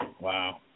Wow